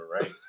right